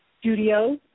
studio